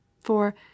For